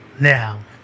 Now